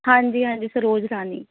ਹਾਂਜੀ ਹਾਂਜੀ ਸਰੋਜ ਰਾਨੀ